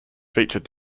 feature